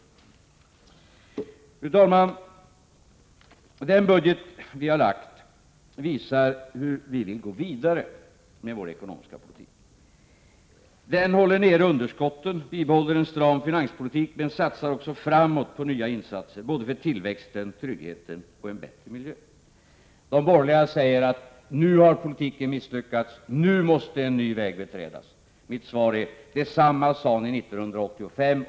Fru talman! Den budget vi presenterat visar hur vi vill gå vidare med vår ekonomiska politik. Den håller nere underskotten, den bibehåller en stram finanspolitik och den satsar också framåt genom nya insatser för tillväxten, för tryggheten och för en bättre miljö. De borgerliga säger att nu har politiken misslyckats, nu måste en ny väg beträdas. Mitt besked blir: Detsamma sade ni 1985.